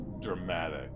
dramatic